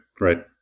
Right